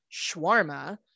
shawarma